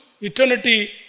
eternity